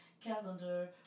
calendar